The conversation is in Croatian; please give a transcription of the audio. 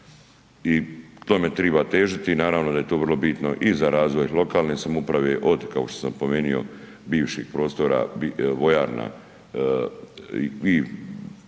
i tome triba težiti i naravno da je to vrlo bitno i za razvoj lokalne samouprave od, kako sam pomenuo, bivših prostora vojarna, evo